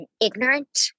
ignorant